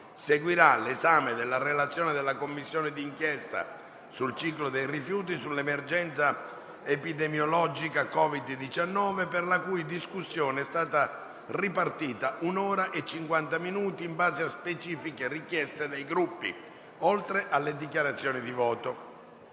Seguirà l'esame della relazione della Commissione di inchiesta sul ciclo dei rifiuti e sull'emergenza epidemiologica Covid-19 per la cui discussione è stata ripartita un'ora e cinquanta minuti, in base alle specifiche richieste dei Gruppi, oltre alle dichiarazioni di voto.